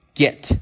get